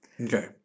Okay